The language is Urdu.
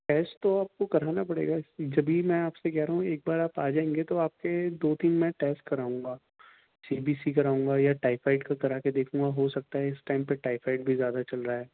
ٹیسٹ تو آپ کو کرانا پڑے گا جبھی میں آپ سے کہہ رہا ہوں ایک بار آپ آ جائیں گے تو آپ کے دو تین میں ٹیسٹ کراوں گا سی بی سی کراوں گا یا ٹائی فائڈ کا کرا کے دیکھوں گا ہو سکتا ہے اِس ٹائم پہ ٹائی فائڈ بھی زیادہ چل رہا ہے